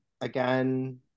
again